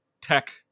tech